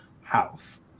House